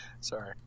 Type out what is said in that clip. Sorry